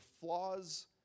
flaws